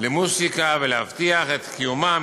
למוזיקה ולהבטיח את קיומם,